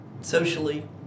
socially